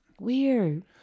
Weird